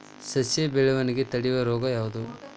ಸಸಿ ಬೆಳವಣಿಗೆ ತಡೆಯೋ ರೋಗ ಯಾವುದು?